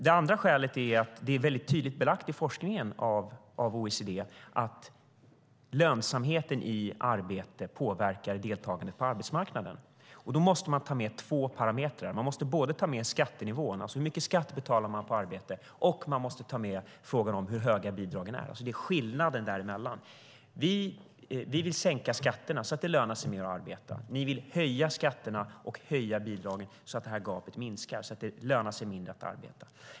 Det andra skälet är att det av OECD är väldigt tydligt belagt i forskningen att lönsamheten i arbete påverkar deltagandet på arbetsmarknaden. Då måste man ta med två parametrar. Man måste både ta med skattenivån, alltså hur mycket skatt vi betalar på arbete, och man måste ta med frågan hur höga bidragen är. Det är skillnaden däremellan. Vi vill sänka skatterna så att det lönar sig mer att arbeta. Ni vill höja skatterna och höja bidragen så att gapet minskar och det lönar sig mindre att arbeta.